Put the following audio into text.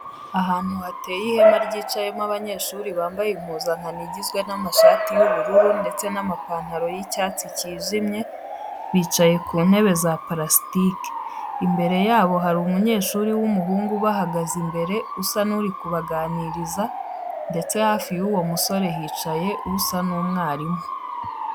Ahantu hateye ihema ryicayemo abanyeshuri bambaye impuzankano igizwe n'amashati y'ubururu ndetse n'amapantaro y'icyatsi kijimye bicayr ku ntebe za purasitike. Imbere yabo hari umunyeshuri w'umuhungu ubahagaze imbere usa n'uri kubaganiriza ndetse hafi y'uwo musore hicaye usa n'umwarimu.